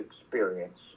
experience